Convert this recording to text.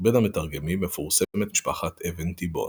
בין המתרגמים מפורסמת משפחת אבן תיבון.